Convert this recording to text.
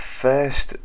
first